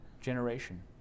generation